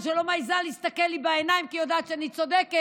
שלא מעיזה להסתכל לי בעיניים כי היא יודעת שאני צודקת,